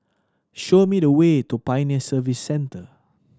show me the way to Pioneer Service Centre